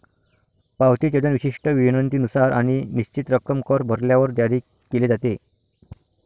पावती चलन विशिष्ट विनंतीनुसार आणि निश्चित रक्कम कर भरल्यावर जारी केले जाते